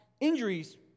injuries